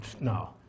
no